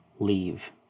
leave